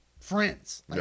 friends